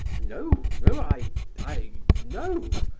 no, no i i no!